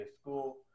school